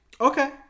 Okay